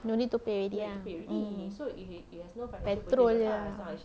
don't need to pay already ah oh petrol lah